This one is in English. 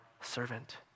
servant